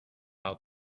out